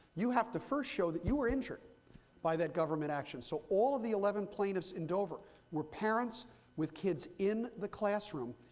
you have to first show that you were injured by that government action. so all of the eleven plaintiffs in dover were parents with kids in the classroom,